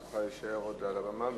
תישארי עוד על הבמה,